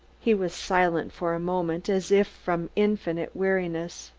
he was silent for a moment, as if from infinite weariness.